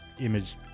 image